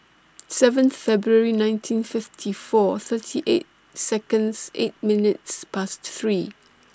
seventh February nineteen fifty four thirty eight Seconds eight minutes Past three